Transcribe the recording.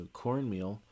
cornmeal